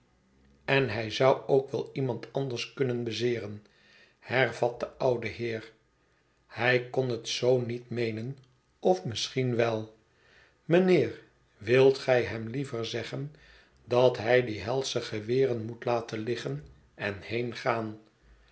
en hij zou ook wel iemand anders kunnen bezeeren hervat de oude heer hij kon het zoo niet meenen of misschien wel mijnheer wilt gij hem liever zeggen dat hij die helsche geweren moet laten liggen en heengaan